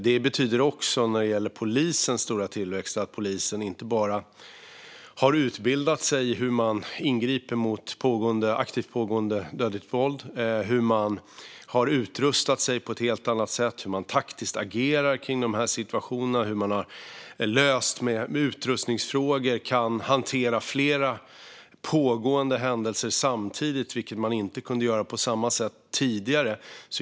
Detta betyder också, när det gäller polisens stora tillväxt, att polisen inte bara har utbildat sig i hur man ingriper mot aktivt pågående dödligt våld och har utrustat sig på ett helt annat sätt, utan det handlar även om hur man taktiskt agerar i samband med dessa situationer och om hur man genom att ha löst utrustningsfrågor kan hantera flera pågående händelser samtidigt, vilket man inte kunde göra på samma sätt tidigare.